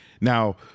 Now